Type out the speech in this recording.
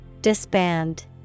Disband